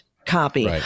Copy